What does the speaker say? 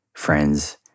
friends